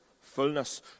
fullness